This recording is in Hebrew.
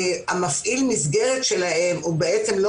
מפעיל המסגרת שלהם הוא בעצם לא